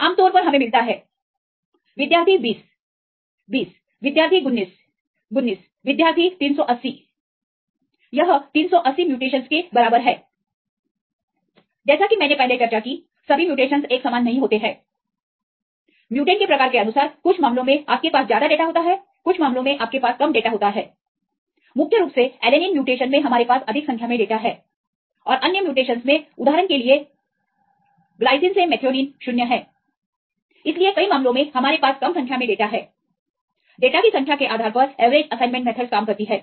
आमतौर पर हमें मिलता है विद्यार्थी 20 20 विद्यार्थी 19 19 विद्यार्थी 380 यह 380 म्यूटेशनस के बराबर है जैसा कि मैंने पहले चर्चा की सभी म्यूटेशनस एक समान नहीं होते हैं म्युटेंट के प्रकार के अनुसार कुछ मामलों में आपके पास ज्यादा डेटा होता है कुछ मामलों में आपके पास कम डेटा होता है मुख्य रूप से एलेनिन म्यूटेशन में हमारे पास अधिक संख्या में डेटा है और अन्य म्यूटेशनस में उदाहरण के लिए ग्लाइसिन से मेथियोनीन 0 है इसलिए कई मामलों में हमारे पास कम संख्या में डेटा है डेटा की संख्या के आधार पर एवरेजअसाइनमेंट मेथडस काम करती है